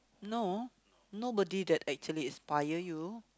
no nobody that actually inspire you